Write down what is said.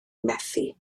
methu